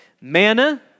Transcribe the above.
Manna